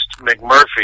McMurphy